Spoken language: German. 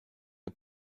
der